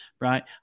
right